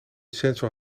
sensor